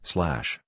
Slash